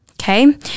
okay